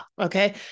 okay